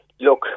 look